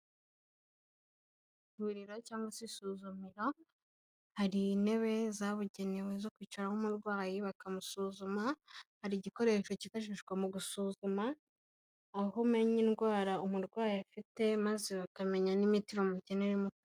Ivuriro cyangwa se isuzumiro hari intebe zabugenewe zo kwicaraho umurwayi bakamusuzuma, hari igikoresho kifashishwa mu gusuzuma aho umenya indwara umurwayi afite maze bakamenya n'imiti mukenera imuvura.